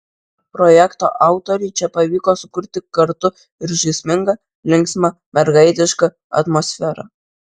projekto autoriui čia pavyko sukurti kartu ir žaismingą linksmą mergaitišką atmosferą